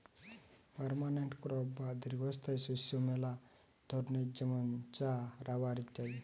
permanent crop বা দীর্ঘস্থায়ী শস্য মেলা ধরণের যেমন চা, রাবার ইত্যাদি